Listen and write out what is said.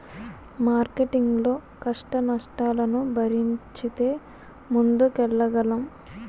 marketing లో కష్టనష్టాలను భరించితే ముందుకెళ్లగలం